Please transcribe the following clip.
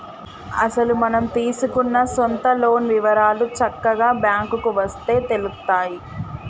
అసలు మనం తీసుకున్న సొంత లోన్ వివరాలు చక్కగా బ్యాంకుకు వస్తే తెలుత్తాయి